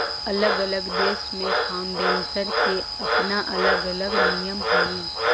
अलग अलग देश में फाउंडेशन के अपना अलग अलग नियम हई